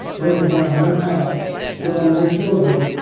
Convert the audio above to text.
burning down your house, killing your children,